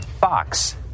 Fox